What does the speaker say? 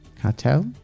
Cartel